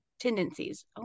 tendencies